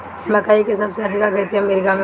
मकई के सबसे अधिका खेती अमेरिका में होला